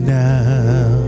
now